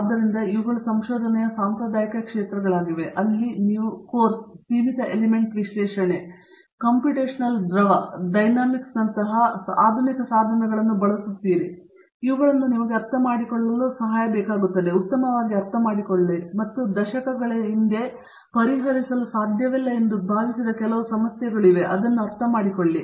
ಆದ್ದರಿಂದ ಇವುಗಳು ಸಂಶೋಧನೆಯ ಸಾಂಪ್ರದಾಯಿಕ ಕ್ಷೇತ್ರಗಳಾಗಿವೆ ಅಲ್ಲಿ ನೀವು ಕೋರ್ಸ್ ಸೀಮಿತ ಎಲಿಮೆಂಟ್ ವಿಶ್ಲೇಷಣೆ ಕಂಪ್ಯೂಟೇಶನಲ್ ದ್ರವ ಡೈನಾಮಿಕ್ಸ್ನಂತಹ ಆಧುನಿಕ ಸಾಧನಗಳನ್ನು ಬಳಸುತ್ತಾರೆ ಮತ್ತು ಇವುಗಳನ್ನು ನಿಮಗೆ ಅರ್ಥಮಾಡಿಕೊಳ್ಳಲು ಸಹಾಯ ಮಾಡಿ ಉತ್ತಮ ಅರ್ಥಮಾಡಿಕೊಳ್ಳಿ ಮತ್ತು ದಶಕಗಳ ಹಿಂದೆ ಪರಿಹರಿಸಲಾಗುವುದಿಲ್ಲ ಎಂದು ಭಾವಿಸಿದ ಕೆಲವು ಸಮಸ್ಯೆಗಳನ್ನು ಅರ್ಥಮಾಡಿಕೊಳ್ಳಿ